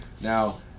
Now